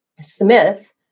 Smith